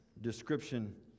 description